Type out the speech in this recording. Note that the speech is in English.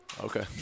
Okay